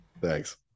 Thanks